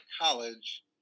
college